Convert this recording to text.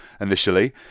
initially